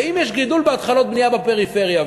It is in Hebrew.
ואם יש גידול בהתחלות בנייה בפריפריה,